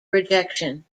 rejection